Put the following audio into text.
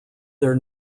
their